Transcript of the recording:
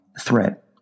threat